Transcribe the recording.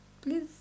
please